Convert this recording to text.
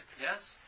yes